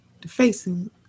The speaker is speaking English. defacing